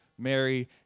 Mary